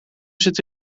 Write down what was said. zit